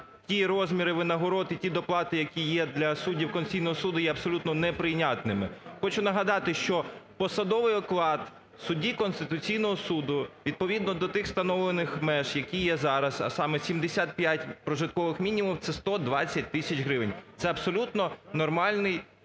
ті розміри винагород і ті доплати, які є для суддів Конституційного Суду, є абсолютно неприйнятними. Хочу нагадати, що посадовий оклад судді Конституційного Суду відповідно до тих встановлених меж, які є зараз, а саме: 75 прожиткових мінімумів. Це 120 тисяч гривень, це абсолютно нормальний